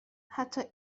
حتی